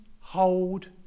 hold